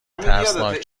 ترسناک